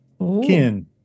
kin